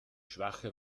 schwache